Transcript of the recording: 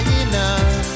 enough